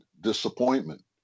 disappointment